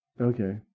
Okay